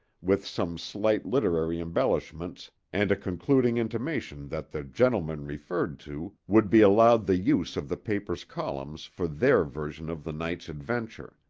with some slight literary embellishments and a concluding intimation that the gentlemen referred to would be allowed the use of the paper's columns for their version of the night's adventure.